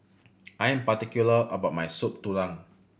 I am particular about my Soup Tulang